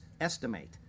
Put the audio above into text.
estimate